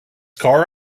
car